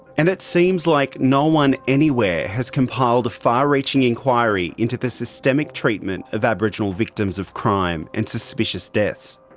and it seems like no one anywhere has compiled a far-reaching inquiry into the systemic treatment of aboriginal victims of crime and suspicious deaths.